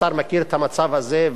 השר מכיר את המצב הזה,